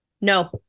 No